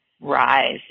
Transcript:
rise